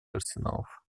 арсеналов